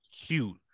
cute